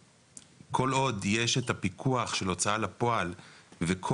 כל עוד יש את הפיקוח של הוצאה לפועל וכל